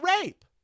rape